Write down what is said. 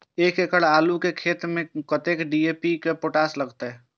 एक एकड़ आलू के खेत में कतेक डी.ए.पी और पोटाश लागते?